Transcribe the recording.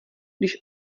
když